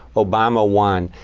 obama won.